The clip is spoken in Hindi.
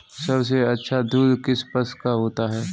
सबसे अच्छा दूध किस पशु का होता है?